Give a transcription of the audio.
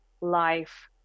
life